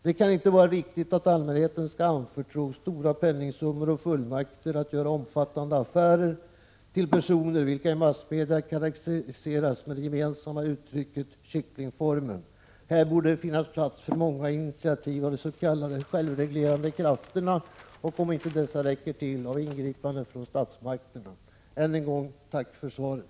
Det kan inte vara riktigt att allmänheten skall anförtro stora penningsummor och fullmakter att göra omfattande affärer till personer vilka i massmedia karakteriseras med det gemensamma uttrycket ”kycklingfarmen”. Här borde det finnas plats för många initiativ av de s.k. självreglerande krafterna och, i den mån de inte räcker till, för ingripanden av statsmakterna. Än en gång: tack för svaret!